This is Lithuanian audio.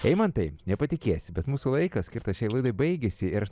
eimantai nepatikėsi bet mūsų laikas skirtas šiai laidai baigėsi ir aš